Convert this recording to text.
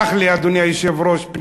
אדוני היושב-ראש, סלח לי.